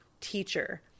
teacher